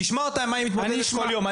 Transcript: תכף תשמע ממנה עם מה היא מתמודדת כל יום,